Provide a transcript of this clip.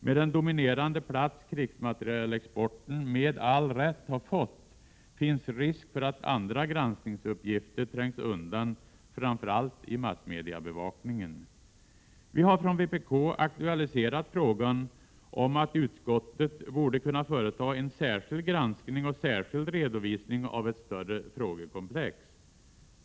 Med den dominerande plats krigsmaterielexporten med all rätt har fått finns risk för att andra granskningsuppgifter trängs undan, framför allt i massmediabevakningen. Vi har från vpk aktualiserat frågan om att utskottet borde kunna företa en särskild granskning och särskild redovisning av ett större frågekomplex.